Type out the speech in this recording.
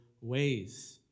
ways